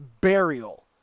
burial